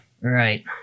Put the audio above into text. right